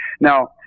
Now